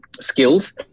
skills